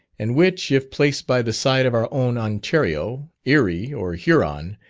and which, if placed by the side of our own ontario, erie or huron,